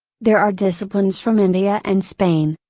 there are disciplines from india and spain,